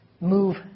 move